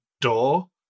door